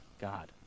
God